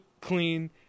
clean